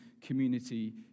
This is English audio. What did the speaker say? Community